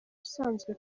usanzwe